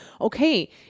okay